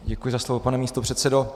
Děkuji za slovo, pane místopředsedo.